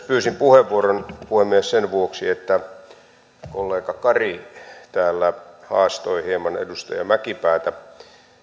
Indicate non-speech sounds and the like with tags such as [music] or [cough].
[unintelligible] pyysin puheenvuoron puhemies sen vuoksi että kollega kari täällä haastoi hieman edustaja mäkipäätä